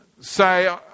Say